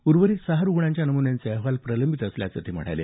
उर्वरित सहा रुग्णांच्या नमुन्यांचे अहवाल प्रलंबित असल्याचं ते म्हणाले